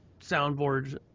soundboard